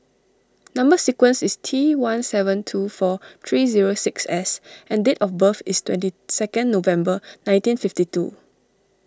Number Sequence is T one seven two four three zero six S and date of birth is twenty second November nineteen fifty two